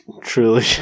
truly